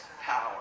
power